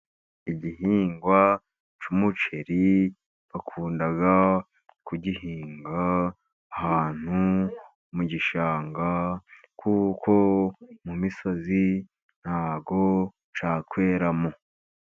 Igihingwa cy'umuceri bakunda kugihinga ahantu mu gishanga, kuko mu misozi ntago cyakeramo.